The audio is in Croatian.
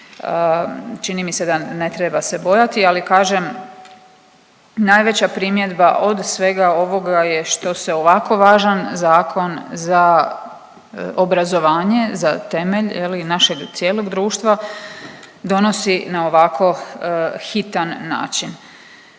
čini mi se da ne treba se bojati. Ali kažem najveća primjedba od svega ovoga je što se ovako važan zakon za obrazovanje, za temelj je li našeg cijelog društva donosi na ovako hitan način.